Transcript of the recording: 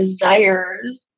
desires